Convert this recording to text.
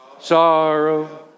sorrow